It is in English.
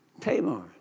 Tamar